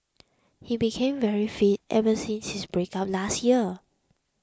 he became very fit ever since his breakup last year